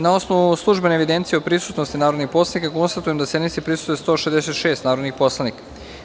Na osnovu službene evidencije o prisutnosti narodnih poslanika, konstatujem da sednici prisustvuje 166 narodna poslanika.